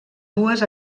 dues